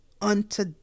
unto